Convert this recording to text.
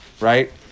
right